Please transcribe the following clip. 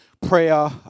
prayer